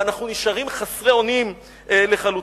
ואנחנו נשארים חסרי אונים לחלוטין.